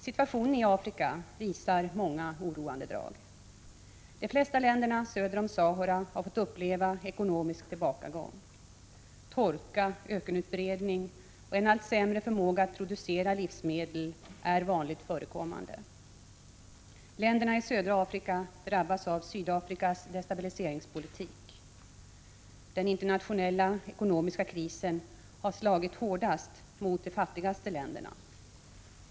| Situationen i Afrika visar många oroande drag. De flesta länderna söder om Sahara har fått uppleva ekonomisk tillbakagång. Torka, ökenutbredning och en allt sämre förmåga att producera livsmedel är vanligt förekommande. Länderna i södra Afrika drabbas av Sydafrikas destabiliseringspolitik. Den internationella ekonomiska krisen har slagit hårdast mot de fattigaste 31 länderna.